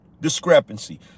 discrepancy